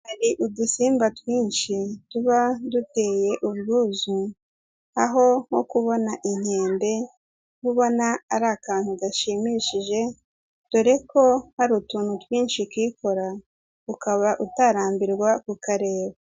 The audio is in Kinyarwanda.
Hari udusimba twinshi tuba duteye ubwuzu, aho nko kubona inkende uba ubona ari akantu gashimishije dore ko hari utuntu twinshi kikora ukaba utarambirwa kukareba.